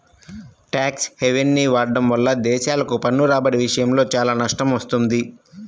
tax హెవెన్ని వాడటం వల్ల దేశాలకు పన్ను రాబడి విషయంలో చాలా నష్టం వస్తుంది